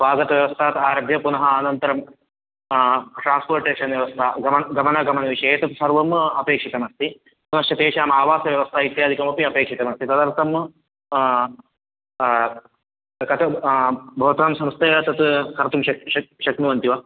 स्वागतव्यवस्थात् आरभ्य पुनः अनन्तरं ट्रान्स्पोर्टेशन् व्यवस्था गमन् गमनागनमविषये तत्सर्वम् अपेक्षितमस्ति पुनश्च तेषाम् आवासव्यवस्था इत्यादिकमपि अपेक्षितमस्ति तदर्थं कथं भवतां संस्थया तत् कर्तुं शक् शक् शक्नुवन्ति वा